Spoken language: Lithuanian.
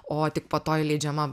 o tik po to įleidžiama